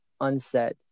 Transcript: unsaid